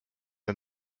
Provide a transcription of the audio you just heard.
and